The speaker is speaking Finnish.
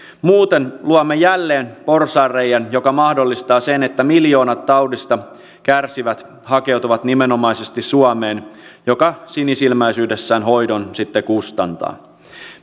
muuten luomme jälleen porsaanreiän joka mahdollistaa sen että miljoonat taudista kärsivät hakeutuvat nimenomaisesti suomeen joka sinisilmäisyydessään hoidon sitten kustantaa